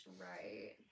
Right